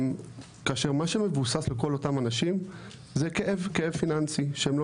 כאשר מה שמבוסס בכל אותם אנשים זה כאב פיננסי שהם לא